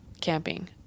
camping